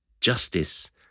Justice